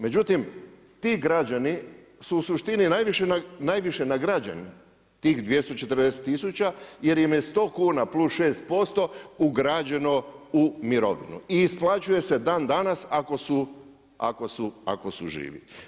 Međutim, ti građani su u suštini najviše nagrađeni, tih 240 tisuća, jer im je 100 kuna plus 6% ugrađeno u mirovinu i isplaćuje se dan danas, ako su živi.